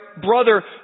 brother